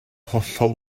hollol